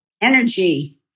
energy